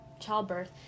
childbirth